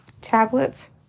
tablets